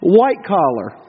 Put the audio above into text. white-collar